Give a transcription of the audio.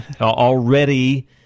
already